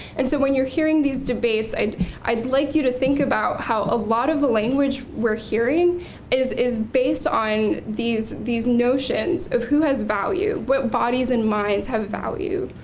and so when you're hearing these debates, i'd i'd like you to think about how a lot of the language we're hearing is is based on these these notions of who has value what bodies and minds have value.